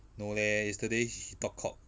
no leh yesterday he talk cock